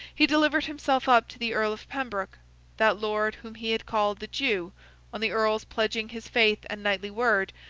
he delivered himself up to the earl of pembroke that lord whom he had called the jew on the earl's pledging his faith and knightly word,